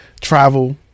travel